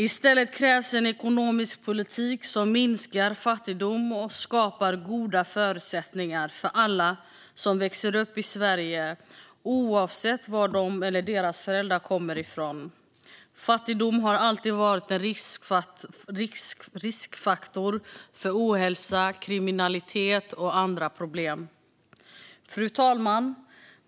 I stället krävs en ekonomisk politik som minskar fattigdom och skapar goda förutsättningar för alla som växer upp i Sverige, oavsett var de eller deras föräldrar kommer ifrån. Fattigdom har alltid varit en riskfaktor för ohälsa, kriminalitet och andra problem. Fru talman!